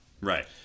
right